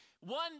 One